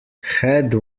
head